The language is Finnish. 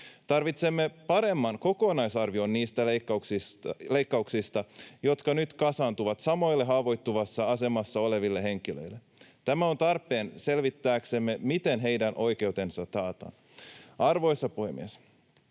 Tarvitsemme paremman kokonaisarvion niistä leikkauksista, jotka nyt kasaantuvat samoille haavoittuvassa asemassa oleville henkilöille. Tämä on tarpeen selvittääksemme, miten heidän oikeutensa taataan. Arvoisa puhemies!